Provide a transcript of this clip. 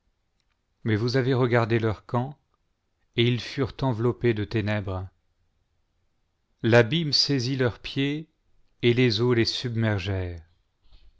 mais vous avez regardé leur camp et ils furent enveloppés de ténèbres l'abîme saisit leurs pieds et les eaux les submergèrent